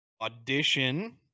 Audition